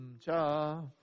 Cha